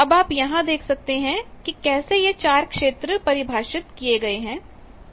अब आप यहां यह देख सकते हैं कि कैसे यह 4 क्षेत्र परिभाषित किए गए हैं